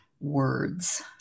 words